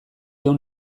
ehun